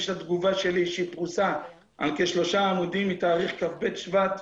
יש את התגובה האישית שלי שפרוסה על כשלושה עמודים מתאריך כ"ב שבט,